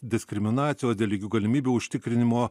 diskriminacijos dėl lygių galimybių užtikrinimo